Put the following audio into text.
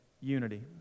unity